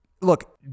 look